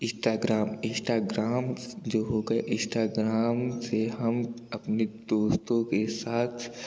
Instagram Instagram जो होंगे Instagram से हम अपनी दोस्तों के साथ